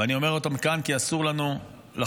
ואני אומר אותן כאן כי אסור לנו לחזור